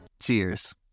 Cheers